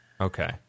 Okay